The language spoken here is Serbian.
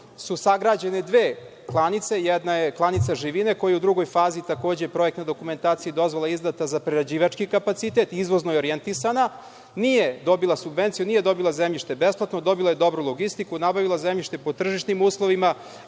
su sagrađene dve klanice. Jedna je klanica živine, koja je u drugoj fazi takođe projektne dokumentacije i dozvola izdata za prerađivački kapacitet, izvozno je orijentisana. Nije dobila subvenciju, nije dobila zemljište besplatno, dobila je dobru logistiku, nabavila zemljište pod tržišnim uslovima